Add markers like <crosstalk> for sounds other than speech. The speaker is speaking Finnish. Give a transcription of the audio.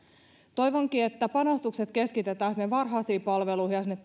toivonkin että panostukset keskitetään sinne varhaisiin palveluihin ja sinne <unintelligible>